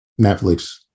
Netflix